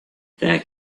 that